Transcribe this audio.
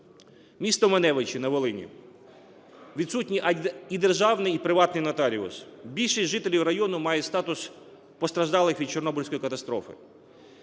МістоМаневичі на Волині – відсутні і державний і приватний нотаріуси, більшість жителів району має статус постраждалих від Чорнобильської катастрофи